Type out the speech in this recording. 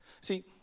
See